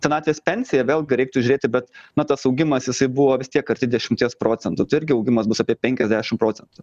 senatvės pensija vėlgi reiktų žiūrėti bet na tas augimas jisai buvo vis tiek arti dešimties procentų tai irgi augimas bus apie penkiasdešim procentų